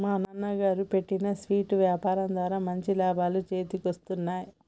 మా నాన్నగారు పెట్టిన స్వీట్ల యాపారం ద్వారా మంచి లాభాలు చేతికొత్తన్నయ్